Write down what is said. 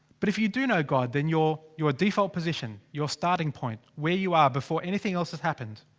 but if you do know god, then your. your default position. your starting point. where you are before anything else has happened.